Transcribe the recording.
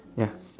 ya